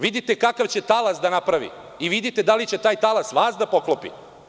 Vidite kakav će talas da napravi i vidite da li će taj talas vas da poklopi.